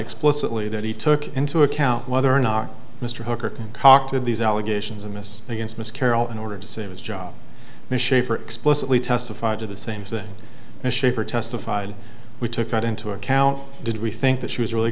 explicitly that he took into account whether or not mr hooker concocted these allegations of miss against miss carroll in order to save his job explicitly testified to the same thing and schaefer testified we took that into account did we think that she was really